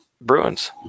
Bruins